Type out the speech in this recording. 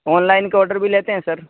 on line کا order بھی لیتے ہیں سر